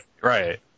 right